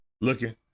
Looking